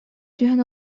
түһэн